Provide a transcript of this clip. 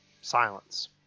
silence